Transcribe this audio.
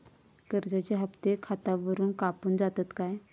कर्जाचे हप्ते खातावरून कापून जातत काय?